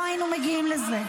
לא היינו מגיעים לזה.